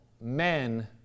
men